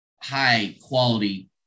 high-quality